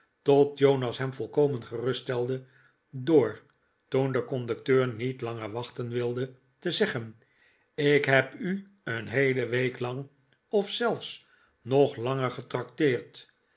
tot jonas hem volkomen geruststelde door toen de conducteur niet langer wacbien wilde te zeggen ft ik heb u een heele week lang of zelfs nog langer getrakteerd